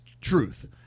truth